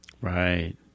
Right